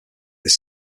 this